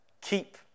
keep